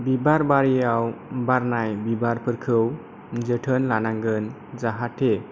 बिबार बारियाव बारनाय बिबारफोरखौ जोथोन लानांगोन जाहाथे